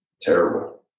terrible